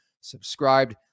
subscribed